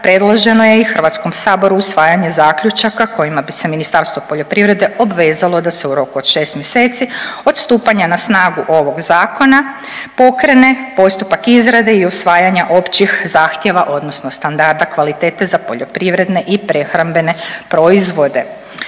predloženo je i HS usvajanje zaključaka kojima bi se Ministarstvo poljoprivrede obvezalo da se u roku od 6 mjeseci od stupanja na snagu ovog zakona pokrene postupak izrade i usvajanja općih zahtjeva odnosno standarda kvalitete za poljoprivredne i prehrambene proizvode